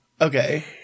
Okay